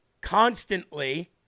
constantly